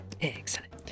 Excellent